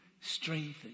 strengthened